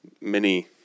mini